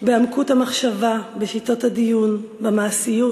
בעמקות המחשבה, בשיטות הדיון, במעשיות